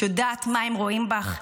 את יודעת מה הם רואים בך?